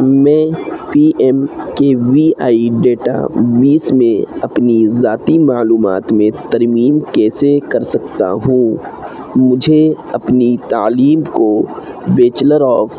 میں P M K V I database میں اپنی ذاتی معلومات میں ترمیم کیسے کر سکتا ہوں مجھے اپنی تعلیم کو بیچلر آف